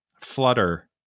flutter